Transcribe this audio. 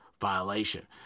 violation